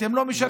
אתם לא משרתים.